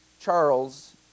Charles